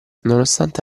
nonostante